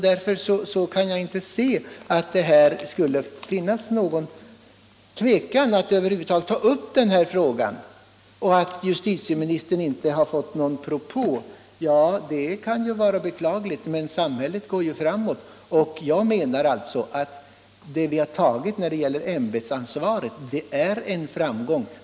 Därför kan jag inte finna att det skulle behöva föreligga någon tvekan att ta upp denna fråga. Att justitieministern inte har fått någon propå om en ändring kan ju vara beklagligt, men samhället går framåt och jag menar att det beslut vi fattat när det gäller ämbetsansvaret är en framgång.